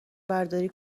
برداری